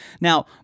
Now